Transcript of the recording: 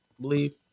believe